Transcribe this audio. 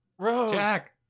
Jack